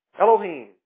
Elohim